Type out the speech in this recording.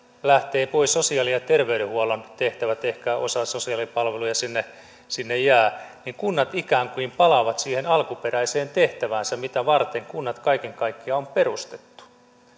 lähtevät pois sosiaali ja terveydenhuollon tehtävät ehkä osa sosiaalipalveluja sinne sinne jää niin kunnat ikään kuin palaavat siihen alkuperäiseen tehtäväänsä mitä varten kunnat kaiken kaikkiaan on perustettu